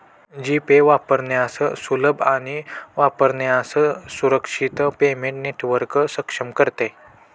जी Pay वापरण्यास सुलभ आणि वापरण्यास सुरक्षित पेमेंट नेटवर्क सक्षम करते